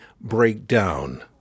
breakdown